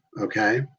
okay